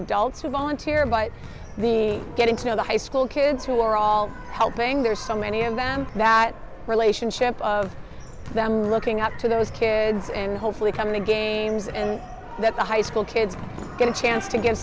adults who volunteer but the getting to know the high school kids who are all helping there's so many of them that relationship of them looking up to those kids and hopefully coming to games and that the high school kids get a chance to g